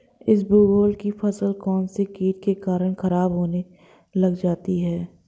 इसबगोल की फसल कौनसे कीट के कारण खराब होने लग जाती है?